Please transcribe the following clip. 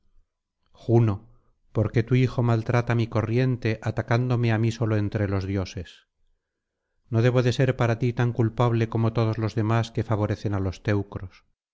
juno por qué tu hijo maltrata mi corriente atacándome á mí solo entre los dioses no debo de ser para ti tan culpable como todos los demás que favorecen á los teucros